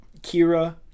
Kira